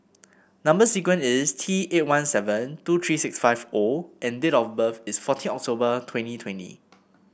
number sequence is T eight one seven two three six five O and date of birth is fourteen October twenty twenty